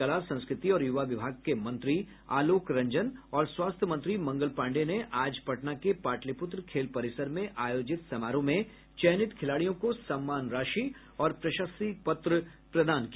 कला संस्कृति और यूवा विभाग के मंत्री आलोक रंजन और स्वास्थ्य मंत्री मंगल पांडेय ने आज पटना के पाटिलपुत्र खेल परिसर में आयोजित समारोह में चयनित खिलाड़ियों को सम्मान राशि और प्रशस्ति पत्र प्रदान किया